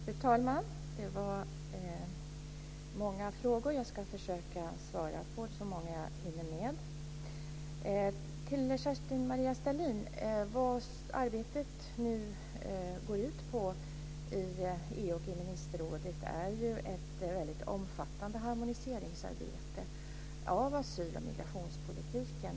Fru talman! Det var många frågor. Jag ska försöka svara på så många jag hinner med. Till Kerstin-Maria Stalin säger jag följande. I EU och ministerrådet pågår ett omfattande harmoniseringsarbete av asyl och migrationspolitiken.